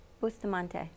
Bustamante